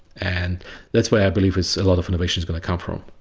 and that's why i believe it's, a lot of innovation is gonna come from,